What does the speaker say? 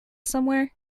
somewhere